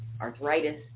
Arthritis